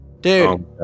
Dude